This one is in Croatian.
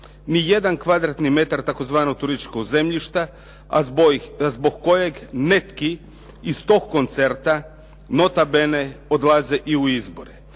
ni jedan kvadratni metar tzv. turističkog zemljišta, a zbog kojeg neki iz tog koncerta, nota bene odlaze i u izbore.